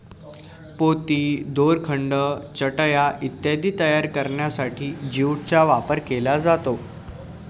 पोती, दोरखंड, चटया इत्यादी तयार करण्यासाठी ज्यूटचा वापर केला जातो